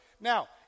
Now